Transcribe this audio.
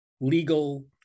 legal